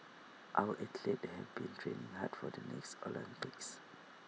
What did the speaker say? our athletes have been training hard for the next Olympics